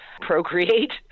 procreate